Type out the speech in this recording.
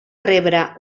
rebre